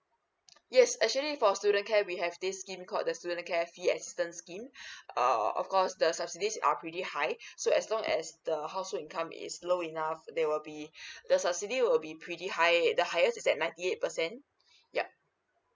yes actually for student care we have this scheme call the student care fee assistance scheme uh of course the subsidies are pretty high so as long as the household income is low enough there will be the subsidy will be pretty high the highest is that night eight percent yup